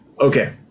okay